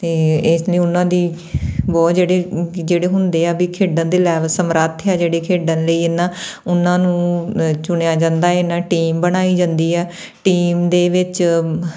ਅਤੇ ਇਸ ਲਈ ਉਹਨਾਂ ਦੀ ਬਹੁਤ ਜਿਹੜੇ ਜਿਹੜੇ ਹੁੰਦੇ ਆ ਵੀ ਖੇਡਣ ਦੇ ਲੈਵਲ ਸਮਰੱਥ ਆ ਜਿਹੜੇ ਖੇਡਣ ਲਈ ਇਹਨਾਂ ਉਹਨਾਂ ਨੂੰ ਚੁਣਿਆ ਜਾਂਦਾ ਇਹਨਾਂ ਟੀਮ ਬਣਾਈ ਜਾਂਦੀ ਆ ਟੀਮ ਦੇ ਵਿੱਚ